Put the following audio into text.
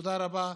תודה רבה,